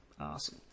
awesome